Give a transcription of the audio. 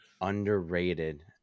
underrated